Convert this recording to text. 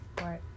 Right